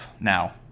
now